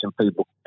people